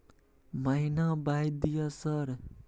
महीना बाय दिय सर?